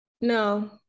No